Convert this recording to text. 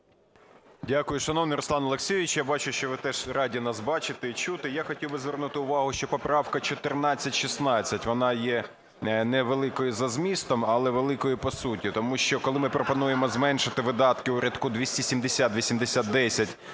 Дякую. Шановний Руслане Олексійовичу, я бачу, що ви теж раді нас бачити й чути. Я хотів би звернути увагу, що поправка 1416, вона є невеликою за змістом, але великою по суті. Тому що коли ми пропонуємо зменшити видатки у рядку 2708010